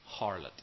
harlot